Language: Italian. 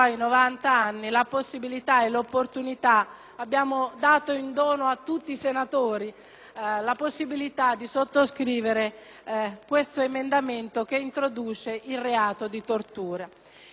l'opportunità di sottoscrivere questo emendamento che introduce il reato di tortura. Mi auguro che, oltre ad ascoltarmi, il sottosegretario Mantovano